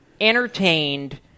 entertained